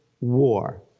war